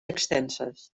extenses